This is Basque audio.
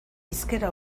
hizkera